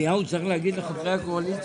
אני בתורנות.